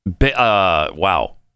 wow